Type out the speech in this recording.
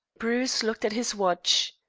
bruce looked at his watch.